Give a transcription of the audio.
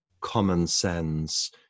common-sense